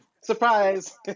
Surprise